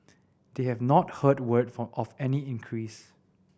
they have not heard word from of any increase